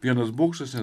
vienas bokštas ten